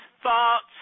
Thoughts